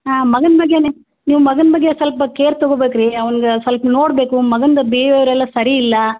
ಹಾಂ ಮಗನ ಬಗ್ಗೆನೇ ನೀವು ಮಗನ ಬಗ್ಗೆ ಸ್ವಲ್ಪ ಕೇರ್ ತಗೋಬೇಕು ರೀ ಅವ್ನ್ಗೆ ಸ್ವಲ್ಪ ನೋಡಬೇಕು ಮಗಂದು ಬಿಹೇವಿಯರ್ ಎಲ್ಲ ಸರಿಯಿಲ್ಲ